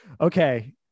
okay